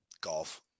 Golf